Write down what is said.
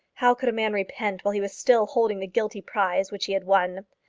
how could a man repent while he was still holding the guilty prize which he had won?